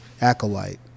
acolyte